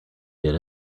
did